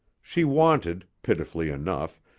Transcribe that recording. she wanted, pitifully enough,